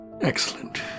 Excellent